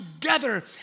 together